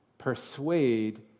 Persuade